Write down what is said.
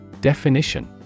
Definition